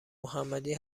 محمدی